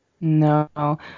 No